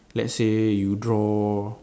let's say you draw